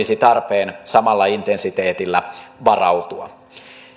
olisi tarpeen samalla intensiteetillä varautua